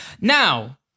now